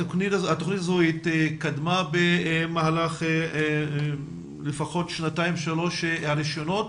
התוכנית הזו התקדמה במהלך לפחות שנתיים-שלוש הראשונות